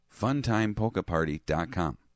FuntimePolkaParty.com